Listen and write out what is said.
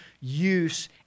use